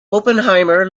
oppenheimer